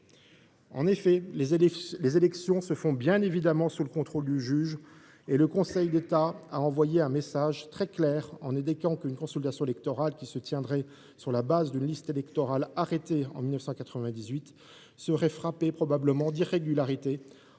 En effet, les élections se font bien évidemment sous le contrôle du juge. Le Conseil d’État a d’ailleurs envoyé un message très clair en indiquant qu’une consultation électorale qui se tiendrait sur la base d’une liste électorale arrêtée en 1998 serait frappée d’irrégularité,